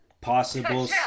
possible